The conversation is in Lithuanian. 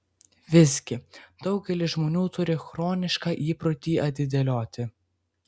visgi daugelis žmonių turį chronišką įprotį atidėlioti